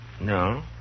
No